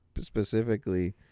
specifically